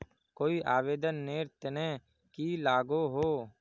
कोई आवेदन नेर तने की लागोहो?